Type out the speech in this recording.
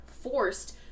forced